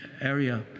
area